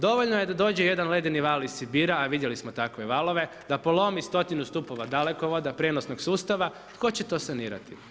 Dovoljno je da dođe jedan ledeni val iz Sibira a vidjeli smo takve valove, da polovi stotine stupova Dalekovoda, prijenosnog sustava, tko će to sanirati?